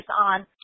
on